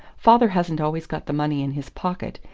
father hasn't always got the money in his pocket,